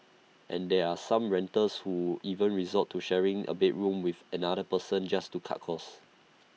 and there are some renters who even resort to sharing A bedroom with another person just to cut costs